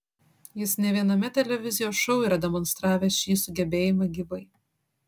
jis ne viename televizijos šou yra demonstravęs šį sugebėjimą gyvai